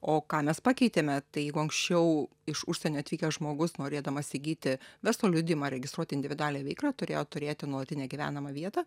o ką mes pakeitėme tai jeigu anksčiau iš užsienio atvykęs žmogus norėdamas įgyti verslo liudijimą registruoti individualią veiklą turėjo turėti nuolatinę gyvenamą vietą